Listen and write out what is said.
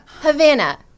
Havana